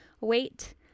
wait